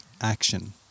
action